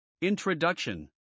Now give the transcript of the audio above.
Introduction